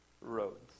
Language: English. roads